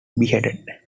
beheaded